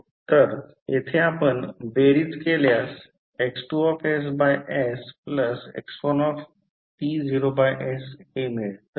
तर येथे आपण बेरीज केल्यास X2sx1s हे मिळेल